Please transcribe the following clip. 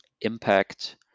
impact